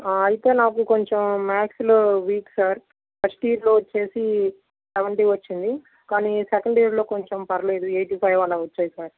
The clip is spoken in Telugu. అయితే నాకు కొంచెం మ్యాథ్స్లో వీక్ సార్ ఫస్ట్ ఇయర్లో వచ్చేసి సెవెంటీ వచ్చింది కానీ సెకండ్ ఇయర్లో కొంచం పర్లేదు ఏయిటి ఫైవ్ అలా వచ్చాయి సార్